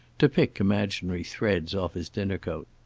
to pick imaginary threads off his dinner coat.